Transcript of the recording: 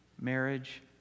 marriage